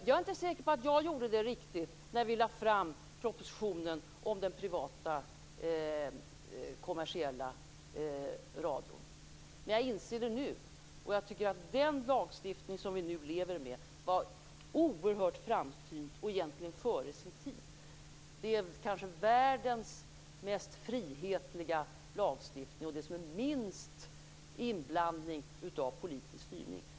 Jag är inte säker på att det jag gjorde var riktigt när vi lade fram propositionen om den privata kommersiella radion. Men jag inser det nu. Den lagstiftning som vi nu lever med var oerhört framsynt och egentligen före sin tid. Den är kanske världens mest frihetliga lagstiftning med minst inblandning av politisk styrning.